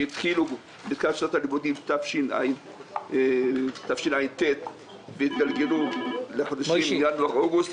שהתחילו בתחילת שנת הלימודים תשע"ט והתגלגלו לחודשים ינואר אוגוסט.